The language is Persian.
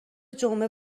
جمعه